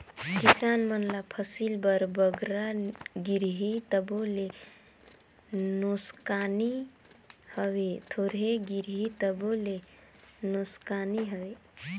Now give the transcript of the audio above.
किसान मन ल फसिल बर बगरा गिरही तबो ले नोसकानी हवे, थोरहें गिरही तबो ले नोसकानी हवे